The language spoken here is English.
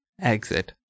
exit